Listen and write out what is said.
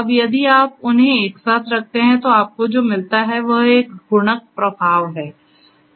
अब यदि आप उन्हें एक साथ रखते हैं तो आपको जो मिलता है वह एक गुणक प्रभाव है